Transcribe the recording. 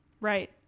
right